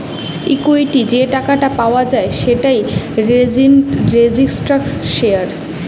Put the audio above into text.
equity যে টাকাটা পাওয়া যায় সেটাই রেজিস্টার্ড শেয়ার